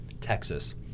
Texas